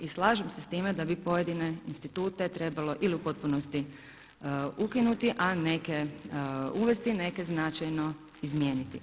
I slažem se s time da bi pojedine institute trebalo ili u potpunosti ukinuti a neke uvesti, neke značajno izmijeniti.